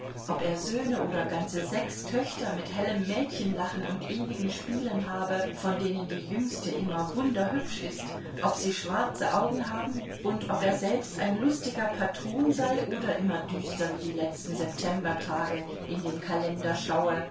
ob er söhne oder ganze sechs töchter mit hellem mädchenlachen und ewigen spielen habe von denen die jüngste immer wunderhübsch ist ob sie schwarze augen haben und ob er selbst ein lustiger patron sei oder immer düster wie die letzten septembertage in den kalender schaue